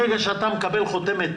ברגע שאתה מקבל חותמת